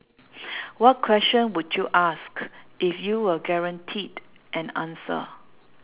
what question would you ask if you were guaranteed an answer